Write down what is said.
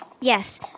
Yes